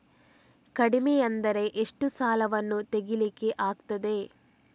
ಕಡಿಮೆ ಅಂದರೆ ಎಷ್ಟು ಸಾಲವನ್ನು ತೆಗಿಲಿಕ್ಕೆ ಆಗ್ತದೆ?